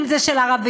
אם זה של ערבים,